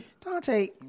Dante